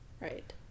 right